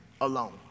alone